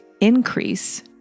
increase